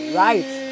right